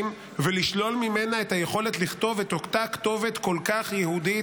ולשלול ממנה את היכולת לכתוב את אותה כתובת כל כך יהודית,